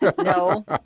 no